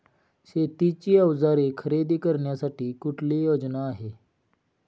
शेतीची अवजारे खरेदी करण्यासाठी कुठली योजना आहे?